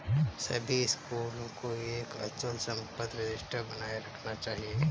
सभी स्कूलों को एक अचल संपत्ति रजिस्टर बनाए रखना चाहिए